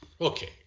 Okay